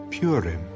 Purim